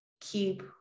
keep